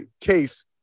case